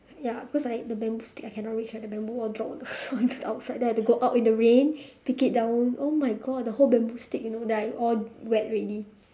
ya because I the bamboo stick I cannot reach right the bamboo all drop on the floor outside there then I have to go out in the rain pick it down oh my god the whole bamboo stick you know then I all wet already